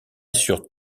sur